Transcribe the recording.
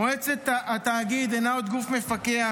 מועצת התאגיד אינה עוד גוף מפקח,